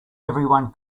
everyone